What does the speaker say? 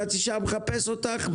חצי שעה אני מחפש אותך.